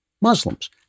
Muslims